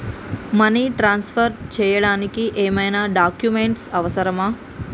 Money transfer చేయడానికి ఏమైనా documents అవసరమా?